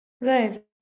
right